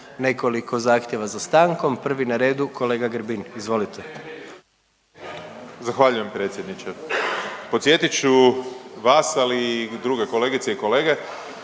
nekoliko zahtjeva za stankom, prvi na redu kolega Grbin, izvolite. **Grbin, Peđa (SDP)** Zahvaljujem predsjedniče. Podsjetit ću vas, ali i druge kolegice i kolege,